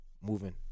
moving